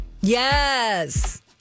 Yes